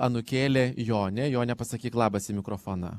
anūkėlė jonė jone pasakyk labas į mikrofoną